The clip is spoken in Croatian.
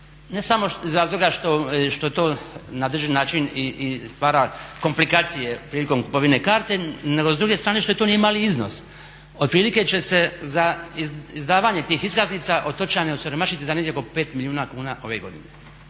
ne samo iz razloga što to na određeni način i stvara komplikacije prilikom kupovine karte nego s druge strane što to nije mali iznos. Otprilike će se za izdavanje tih iskaznica otočani osiromašiti za negdje oko 5 milijuna kuna ove godine.